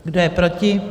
Kdo je proti?